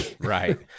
Right